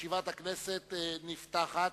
ישיבת הכנסת נפתחת,